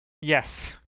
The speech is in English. Yes